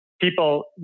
people